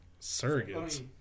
Surrogates